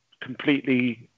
completely